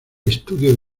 estudio